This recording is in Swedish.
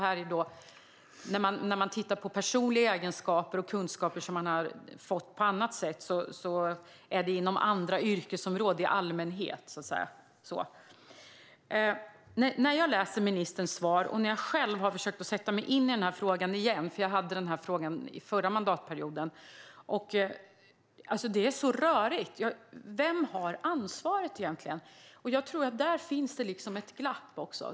Här handlar det om personliga egenskaper och kunskaper förvärvade på annat sätt - andra yrkesområden och i allmänhet. Jag har hört ministerns svar, och jag har själv försökt att sätta mig in i frågan på nytt - jag tog upp frågan förra mandatperioden. Det är så rörigt! Vem har egentligen ansvaret? Där finns ett glapp.